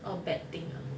or bad thing ah